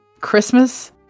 Christmas